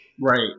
Right